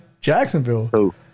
Jacksonville